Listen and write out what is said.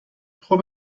خوب